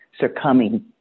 succumbing